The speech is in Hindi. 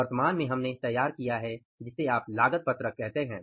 वर्तमान में हमने तैयार किया है जिसे आप लागत पत्रक कहते हैं